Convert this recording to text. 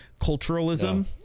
culturalism